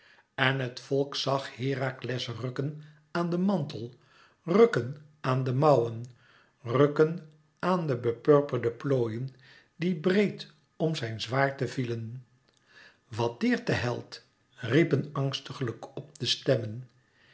en het volk zag herakles rukken aan den mantel rukken aan de mouwen rukken aan de bepurperde plooien die breed om zijn zwaarte vielen wat deert den held riepen angstiglijk op de stemmen